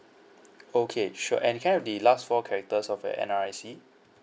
okay sure and can I have the last four characters of your N_R_I_C